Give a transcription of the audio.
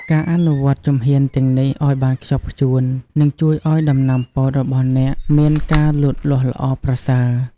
ការអនុវត្តជំហានទាំងនេះឱ្យបានខ្ជាប់ខ្ជួននឹងជួយឱ្យដំណាំពោតរបស់អ្នកមានការលូតលាស់ល្អប្រសើរ។